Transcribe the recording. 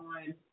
on